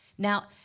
Now